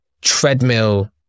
treadmill